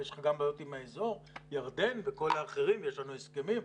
ויש לך גם בעיות עם האזור ירדן וכל האחרים יש לנו הסכמים,